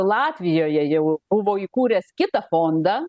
latvijoje jau buvo įkūręs kitą fondą